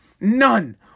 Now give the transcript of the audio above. none